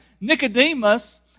Nicodemus